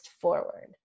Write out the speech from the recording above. forward